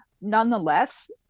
nonetheless